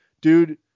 dude